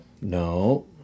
No